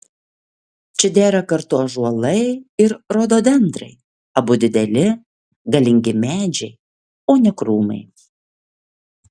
čia dera kartu ąžuolai ir rododendrai abu dideli galingi medžiai o ne krūmai